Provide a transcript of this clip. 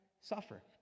suffer